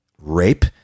rape